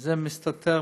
וזה מסתתר